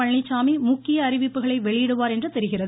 பழனிச்சாமி முக்கிய அறிவிப்புகளை வெளியிடுவார் என்று தெரிகிறது